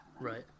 Right